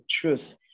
truth